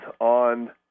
on